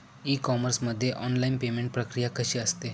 E commerce मध्ये online payment प्रक्रिया कशी असते?